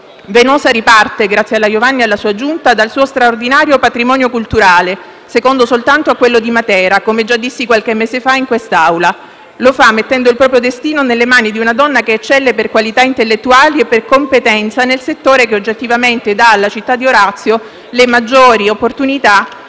Venosa riparte, grazie alla Iovanni e alla sua Giunta, dal suo straordinario patrimonio culturale, secondo soltanto a quello di Matera, come già dissi qualche mese fa in quest'Aula. Lo fa mettendo il proprio destino nelle mani di una donna che eccelle per qualità intellettuali e per competenza nel settore che oggettivamente dà alla città di Orazio le maggiori opportunità